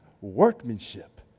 workmanship